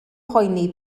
poeni